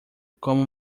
como